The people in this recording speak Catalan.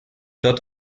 tot